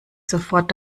sofort